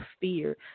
fear